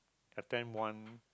attend one